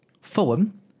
Fulham